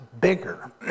bigger